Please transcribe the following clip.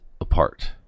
apart